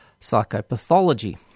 psychopathology